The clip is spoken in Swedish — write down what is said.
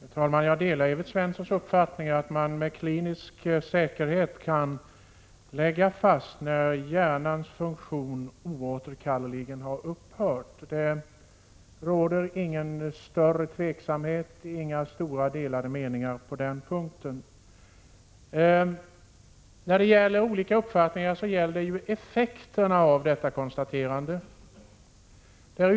Herr talman! Jag delar Evert Svenssons uppfattning att man med klinisk säkerhet kan fastställa när hjärnans funktion oåterkalleligen har upphört. Det råder ingen större tveksamhet, inga väsentligt delade meningar, på den punkten. Det är ju när det gäller effekterna av detta konstaterande som det råder olika uppfattningar.